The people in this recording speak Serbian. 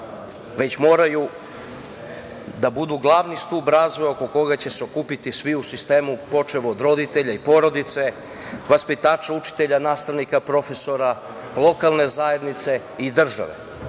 već moraju da budu glavni stub razvoja oko koga će se okupiti svi u sistemu, počev od roditelja, porodice, vaspitača, učitelja, nastavnika, profesora, lokalne zajednice i države. Kao